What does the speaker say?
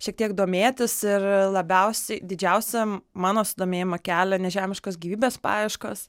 šiek tiek domėtis ir labiausiai didžiausiam mano susidomėjimą kelia nežemiškos gyvybės paieškos